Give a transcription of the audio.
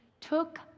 took